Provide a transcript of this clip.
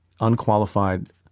unqualified